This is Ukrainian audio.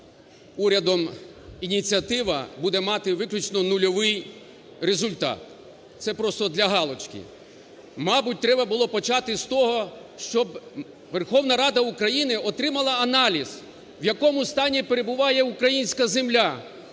урядом ініціатива буде мати виключно нульовий результат. Це просто для галочки. Мабуть, треба було почати з того, щоб Верховної Ради України отримала аналіз, в якому стані перебуває українська земля,